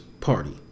party